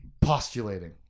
postulating